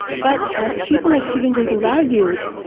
but as people like stephen jay gould argued,